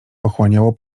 pochłaniało